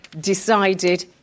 decided